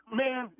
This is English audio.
man